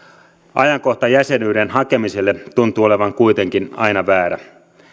ajankohta jäsenyyden hakemiselle tuntuu olevan kuitenkin aina väärä